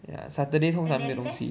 ya saturday 通常没有东西